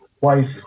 wife